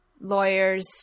lawyers